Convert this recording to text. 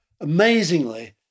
Amazingly